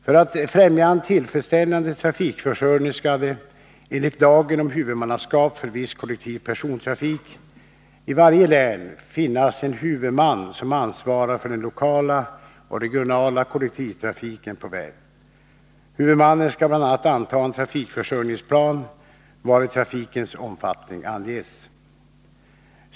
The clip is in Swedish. För att främja en tillfredsställande trafikförsörjning skall det, enligt lagen om huvudmannaskap för viss kollektiv persontrafik, i varje län finnas en huvudman som ansvarar för den lokala och regionala kollektivtrafiken på väg. Huvudmannen skall bl.a. anta en trafikförsörjningsplan, vari trafikens omfattning anges.